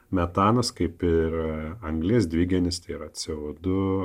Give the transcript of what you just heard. metanas kaip ir anglies dvideginis tai yra c o du